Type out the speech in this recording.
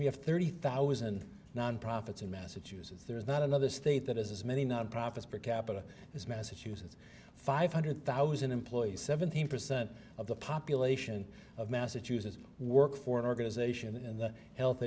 we have thirty thousand nonprofits in massachusetts there's not another state that has as many non profits per capita as massachusetts five hundred thousand employees seventeen percent of the population of massachusetts work for an organization and the health